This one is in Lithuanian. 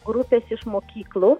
grupės iš mokyklų